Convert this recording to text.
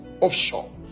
offshore